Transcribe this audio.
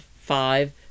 five